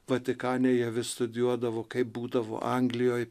vatikane jie vis studijuodavo kaip būdavo anglijoj